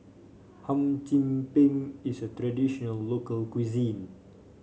Hum Chim Peng is a traditional local cuisine